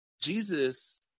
Jesus